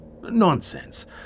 Nonsense